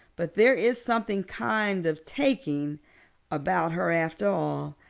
but there is something kind of taking about her after all.